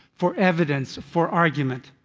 for evidence, for argument.